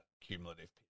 cumulative